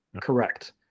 correct